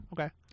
Okay